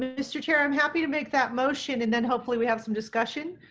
and mr. chair, i'm happy to make that motion. and then hopefully, we have some discussion.